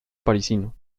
parisino